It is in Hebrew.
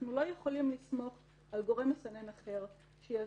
אנחנו לא יכולים לסמוך על גורם מסנן אחר שיביא